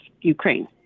Ukraine